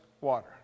water